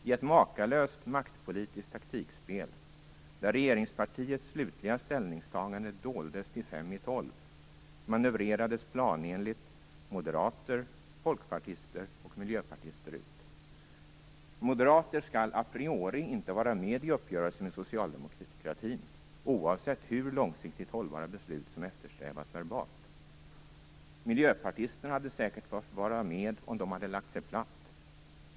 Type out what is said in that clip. I ett makalöst maktpolitiskt taktikspel, där regeringspartiets slutliga ställningstagande doldes till fem i tolv, manövrerades planenligt moderater, folkpartister och miljöpartister ut. Moderater skall a priori inte vara med i uppgörelser med socialdemokratin - oavsett hur långsiktigt hållbara beslut som eftersträvas verbalt. Miljöpartisterna hade säkert fått vara med om de lagt sig platt.